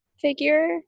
figure